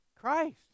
Christ